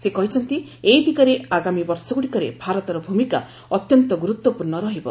ସେ କହିଛନ୍ତି ଏ ଦିଗରେ ଆଗାମୀ ବର୍ଷଗୁଡ଼ିକରେ ଭାରତର ଭୂମିକା ଅତ୍ୟନ୍ତ ଗୁରୁତ୍ୱପୂର୍ଣ୍ଣ ରହିବ